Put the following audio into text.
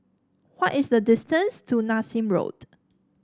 what is the distance to Nassim Road